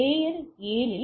layer அடுக்கு 7 இல்